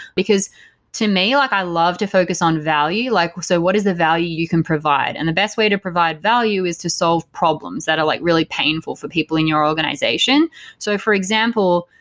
because to me, like i love to focus on value. like so what is the value you can provide? and the best way to provide value is to solve problems that are like really painful for people in your organization so for example,